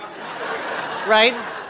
Right